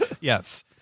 Yes